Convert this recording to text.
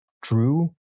drew